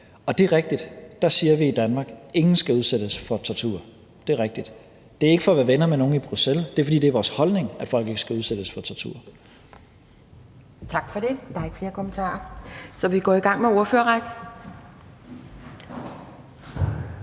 Og det er rigtigt, at vi i Danmark siger, at ingen skal udsættes for tortur. Det er rigtigt, og det er ikke for at være venner med nogen i Bruxelles, men det er, fordi det er vores holdning, at folk ikke skal udsættes for tortur. Kl. 11:50 Anden næstformand (Pia Kjærsgaard): Tak for det. Der er ikke flere kommentarer, så vi går i gang med ordførerrækken.